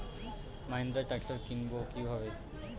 Mahindra tractor কিনবো কি ভাবে?